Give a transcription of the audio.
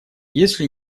если